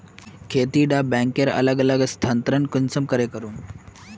खेती डा बैंकेर बचत अलग अलग स्थानंतरण कुंसम करे करूम?